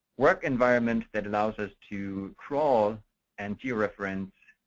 work environment that allows us to crawl and georeference